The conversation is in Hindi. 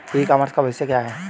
ई कॉमर्स का भविष्य क्या है?